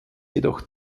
jedoch